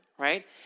right